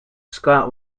scott